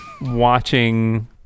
watching